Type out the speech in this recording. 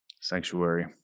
sanctuary